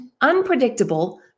unpredictable